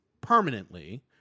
permanently